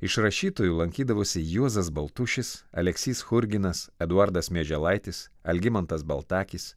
iš rašytojų lankydavosi juozas baltušis aleksys churginas eduardas mieželaitis algimantas baltakis